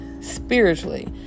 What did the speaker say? spiritually